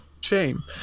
shame